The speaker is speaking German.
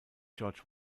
george